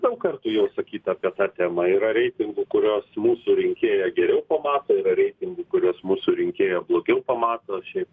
daug kartų jau sakyta apie tą temą yra reitingų kuriuos mūsų rinkėją geriau pamato yra reitingų kuriuos mūsų rinkėją blogiau pamato šiaip